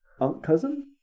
unc-cousin